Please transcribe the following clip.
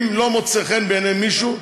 אם לא מוצא חן בעיני מישהו,